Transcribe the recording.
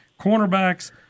cornerbacks